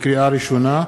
לקריאה ראשונה,